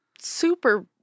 super